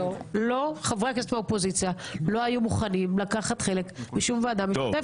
חברי הכנסת מהאופוזיציה לא היו מוכנים לקחת חלק בשום ועדה משותפת,